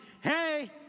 hey